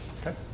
Okay